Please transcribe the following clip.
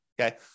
Okay